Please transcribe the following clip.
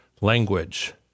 language